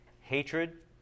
Hatred